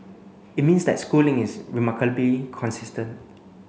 it means that Schooling is remarkably consistent